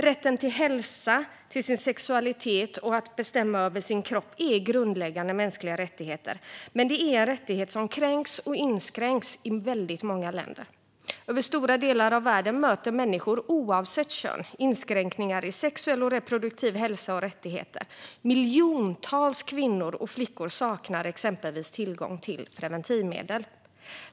Rätten till hälsa och till sin sexualitet och rätten att bestämma över sin kropp är grundläggande mänskliga rättigheter. Men detta är rättigheter som kränks och inskränks i väldigt många länder. I stora delar av världen möter människor, oavsett kön, inskränkningar i sexuell och reproduktiv hälsa och rättigheter. Miljontals kvinnor och flickor saknar exempelvis tillgång till preventivmedel.